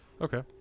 Okay